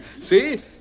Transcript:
see